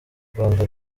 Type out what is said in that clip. rwanda